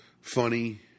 funny